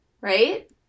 Right